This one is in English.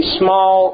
small